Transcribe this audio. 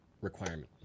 requirement